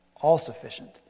all-sufficient